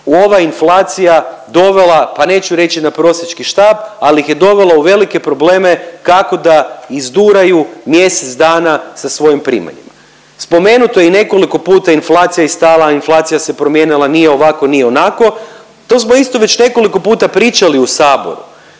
ova inflacija dovela, pa neću reći na prosjački štap, ali ih je dovela u velike probleme kako da izduraju mjesec dana sa svojim primanjima. Spomenuto je i nekoliko puta, inflacija je stala, inflacija se promijenila, nije ovako, nije onako, to smo isto već nekoliko puta pričali u Saboru.